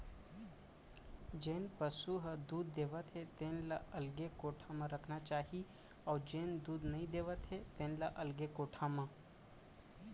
जेन पसु ह दूद देवत हे तेन ल अलगे कोठा म रखना चाही अउ जेन दूद नइ देवत हे तेन ल अलगे कोठा म